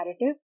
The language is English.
narrative